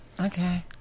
Okay